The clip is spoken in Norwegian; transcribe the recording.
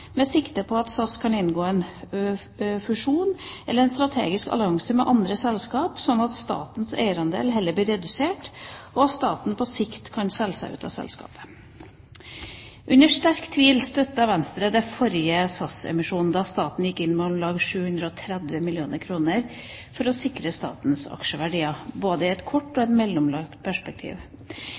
med sikte på at SAS kan inngå fusjon eller strategiske allianser med andre selskaper, sånn at statens eierandel heller kan reduseres, og at staten på sikt kan selge seg ut av selskapet. Under sterk tvil støttet Venstre den forrige SAS-emisjonen, da staten gikk inn med om lag 720 mill. kr for å sikre statens aksjeverdier både i et kort og i et mellomlangt perspektiv.